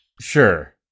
Sure